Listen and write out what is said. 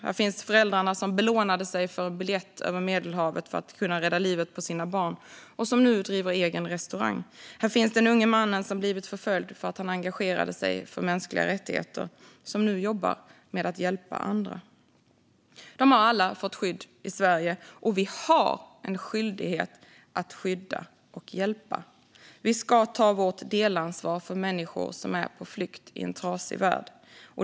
Här finns föräldrarna som belånade sig för en biljett över Medelhavet för att kunna rädda livet på sina barn och som nu driver egen restaurang. Här finns den unge mannen som blivit förföljd för att han engagerade sig för mänskliga rättigheter och som nu jobbar med att hjälpa andra. De har alla fått skydd i Sverige. Och vi har en skyldighet att skydda och hjälpa. Vi ska ta vårt delansvar för människor som är på flykt i en trasig värld.